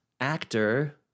actor